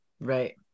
Right